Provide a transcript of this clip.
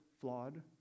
flawed